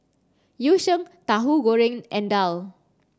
Yu Sheng Tahu Goreng and Daal